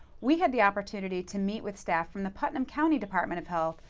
we had the opportunity to meet with staff from the putnam county department of health,